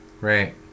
right